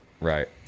Right